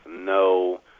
no